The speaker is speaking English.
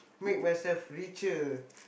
make myself richer